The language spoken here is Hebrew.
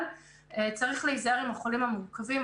אבל צריך להיזהר עם החולים המורכבים.